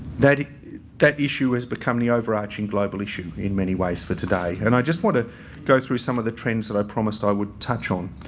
that that issue has become the overarching global issue in many ways for today. and i just want to go through some of the trends that i promised i would touch on